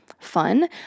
fun